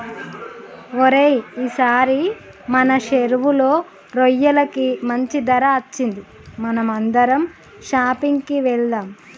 ఓరై ఈసారి మన సెరువులో రొయ్యలకి మంచి ధర అచ్చింది మనం అందరం షాపింగ్ కి వెళ్దాం